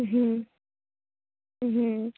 হুম হুম